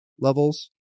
levels